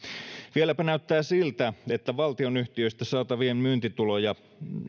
vieläpä näyttää siltä että valtionyhtiöstä saatavia myyntituloja